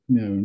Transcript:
no